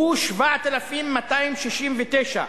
הוא 7,269,